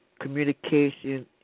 communication